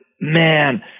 man